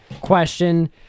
question